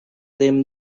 them